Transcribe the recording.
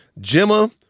Gemma